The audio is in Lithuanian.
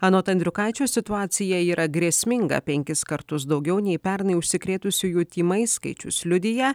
anot andriukaičio situacija yra grėsminga penkis kartus daugiau nei pernai užsikrėtusiųjų tymais skaičius liudija